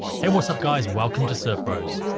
hey what's up guys welcome to certbros.